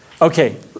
Okay